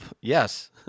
Yes